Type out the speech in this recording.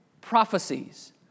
prophecies